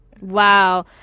Wow